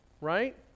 Right